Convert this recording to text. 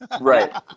Right